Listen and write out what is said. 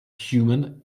human